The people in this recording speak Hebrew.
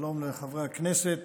שלום לחברי הכנסת